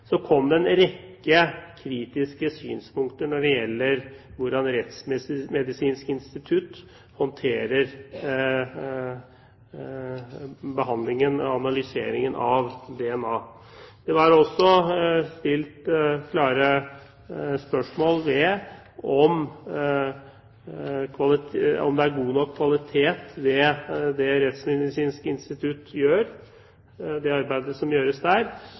kom det en rekke kritiske synspunkter når det gjelder hvordan Rettsmedisinsk institutt håndterer behandlingen, analyseringen, av DNA. Det ble også stilt klare spørsmål ved om det er god nok kvalitet ved det arbeidet som gjøres ved Rettsmedisinsk institutt, og om det